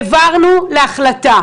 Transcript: העברנו להחלטה.